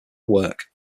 work